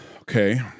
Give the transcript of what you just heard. Okay